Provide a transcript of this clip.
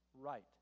right